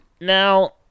Now